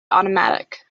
automatic